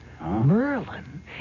Merlin